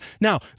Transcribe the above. Now